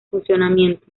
funcionamiento